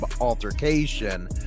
altercation